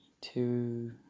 two